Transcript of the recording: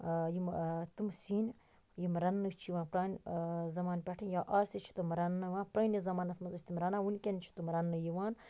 یِم تِم سیِن یِم رَننہٕ چھِ یِوان پرانہِ زَمانہٕ پیٚٹھٕ یا آز تہِ چھِ تِم رَننہٕ یِوان پرٲنِس زَمانَس مَنٛز ٲسۍ تِم رَنان ونکٮ۪ن چھِ تِم رَننہٕ یِوان